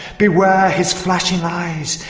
beware! his flashing eyes,